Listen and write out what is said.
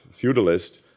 feudalist